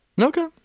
Okay